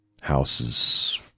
Houses